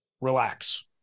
relax